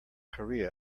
korea